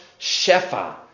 Shefa